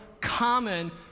common